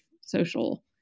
social